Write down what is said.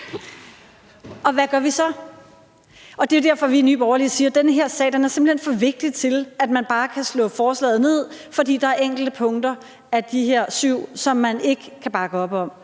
Og hvad gør vi så? Det er derfor, vi i Nye Borgerlige siger, at den her sag simpelt hen er for vigtig til, at man bare kan slå forslaget ned, fordi der er enkelte punkter af de her syv, som man ikke kan bakke op om.